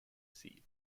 seed